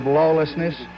lawlessness